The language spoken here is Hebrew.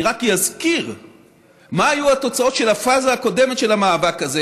אני רק אזכיר מה היו התוצאות של הפאזה הקודמת של המאבק הזה